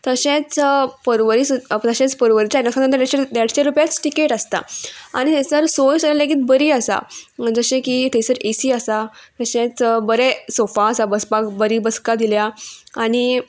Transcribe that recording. तशेंच पर्वरी तशेंच पर्वरीच्यान आयनॉक्सान देड देडशे रुपयाच तिकेट आसता आनी थंयसर सोय सा लेगीत बरी आसा जशें की थंयसर एसी आसा तशेंच बरें सोफा आसा बसपाक बरी बसका दिल्या आनी